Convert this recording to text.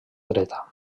dreta